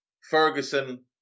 Ferguson